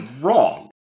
wrong